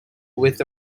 with